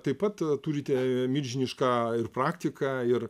taip pat turite milžinišką ir praktiką ir